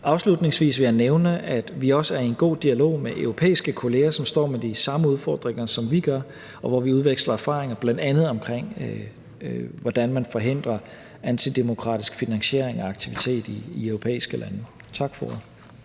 Afslutningsvis vil jeg nævne, at vi også er i en god dialog med europæiske kolleger, som står med de samme udfordringer, som vi gør, og hvor vi udveksler erfaringer, bl.a. omkring hvordan man forhindrer antidemokratisk finansiering af aktivitet i europæiske lande. Tak for